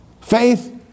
Faith